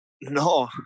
no